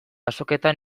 azoketan